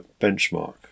benchmark